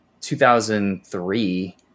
2003